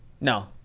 No